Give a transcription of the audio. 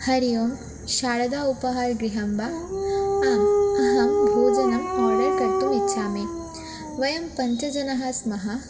हरिः ओम् शारदाउपाहारगृहं वा आम् अहं भोजनम् ओर्डर् कर्तुम् इच्छामि वयं पञ्च जनाः स्मः